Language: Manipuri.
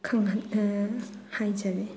ꯈꯪꯍꯟ ꯍꯥꯏꯖꯔꯤ